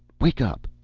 wake up.